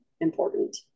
important